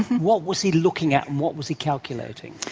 what was he looking at, and what was he calculating?